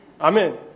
Amen